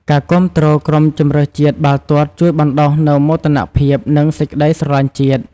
ការគាំទ្រក្រុមជម្រើសជាតិបាល់ទាត់ជួយបណ្តុះនូវមោទនភាព និងសេចក្តីស្រលាញ់ជាតិ។